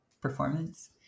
performance